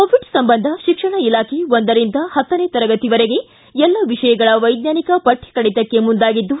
Covid ಸಂಬಂಧ ಶಿಕ್ಷಣ ಇಲಾಖೆ ಒಂದರಿಂದ ಹತ್ತನೇ ತರಗತಿವರೆಗೆ ಎಲ್ಲ ವಿಷಯಗಳ ವೈಜ್ಞಾನಿಕ ಪಠ್ಯ ಕಡಿತಕ್ಕೆ ಮುಂದಾಗಿದ್ದು